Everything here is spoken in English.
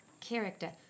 character